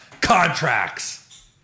Contracts